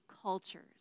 cultures